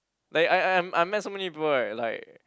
like I I I'm I met so many people right like